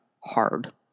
hard